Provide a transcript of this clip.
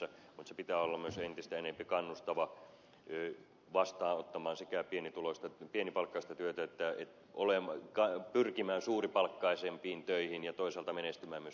mutta sen pitää olla myös entistä enemmän kannustava vastaanottamaan sekä pienipalkkaista työtä että pyrkimään suuripalkkaisempiin töihin ja toisaalta menestymään myös yrittäjänä